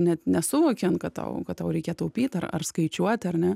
net nesuvokiant kad tau kad tau reikia taupyt ar ar skaičiuot ar ne